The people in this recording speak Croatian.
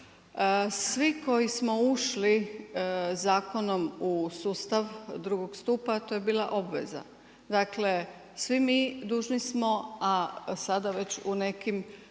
Svi koji smo ušli zakonom u sustav drugog stupa to je bila obveza. Dakle svi mi dužni smo, a sada već u nekim